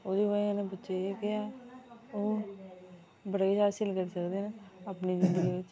ओह्दी बजह कन्नै बच्चे जेहके है ओह् बड़ा किश हासिल करी सकदे अपनी जिंदगी बिच्च